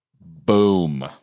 Boom